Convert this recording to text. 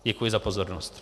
Děkuji za pozornost.